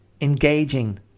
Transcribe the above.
engaging